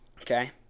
okay